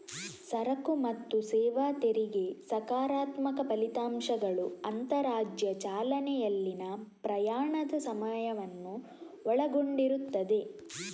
ಸರಕು ಮತ್ತು ಸೇವಾ ತೆರಿಗೆ ಸಕಾರಾತ್ಮಕ ಫಲಿತಾಂಶಗಳು ಅಂತರರಾಜ್ಯ ಚಲನೆಯಲ್ಲಿನ ಪ್ರಯಾಣದ ಸಮಯವನ್ನು ಒಳಗೊಂಡಿರುತ್ತದೆ